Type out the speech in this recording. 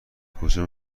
کجا